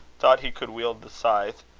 thought he could wield the scythe,